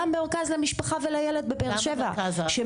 גם במרכז למשפחה ולילד בבאר שבע,